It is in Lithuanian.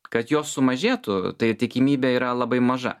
kad jos sumažėtų tai tikimybė yra labai maža